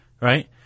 right